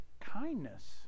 kindness